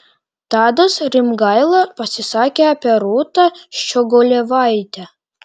tadas rimgaila pasisakė apie rūtą ščiogolevaitę